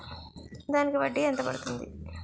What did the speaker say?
దానికి వడ్డీ ఎంత పడుతుంది?